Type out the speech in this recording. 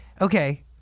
okay